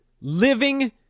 living